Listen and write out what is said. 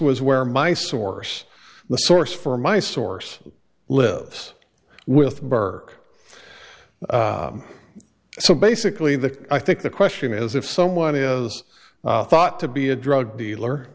was where my source the source for my source lives with burke so basically the i think the question is if someone is thought to be a drug dealer